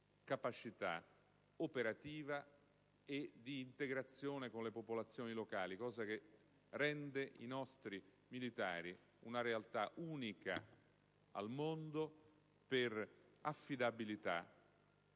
capacità operativa e di integrazione con le popolazioni locali, cosa che rende i nostri militari una realtà unica al mondo per affidabilità,